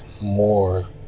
more